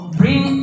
bring